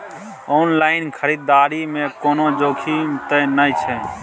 Online खरीददारी में कोनो जोखिम त नय छै?